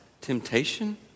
temptation